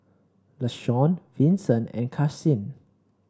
Lashawn Vinson and Karsyn